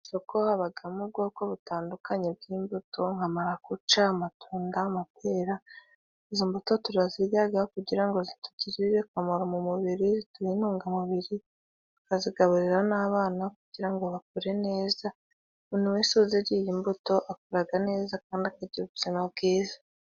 Mu isoko habamo ubwoko butandukanye bw'imbuto nka marakuca, amatunda n'amapera. Izo mbuto tura zirya kugira ngo zitugirire akamaro mu mubiri tugire intungamubiri, tukanazigaburira n'abana kugira ngo bakure neza. Umuntu wese uziriye izo mbuto akura neza kandi akagira ubuzima bwiza.